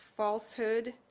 Falsehood